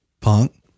Punk